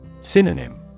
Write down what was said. Synonym